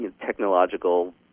technological